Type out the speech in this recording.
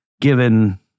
given